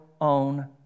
own